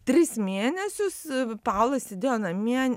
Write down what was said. tris mėnesius paula sėdėjo namie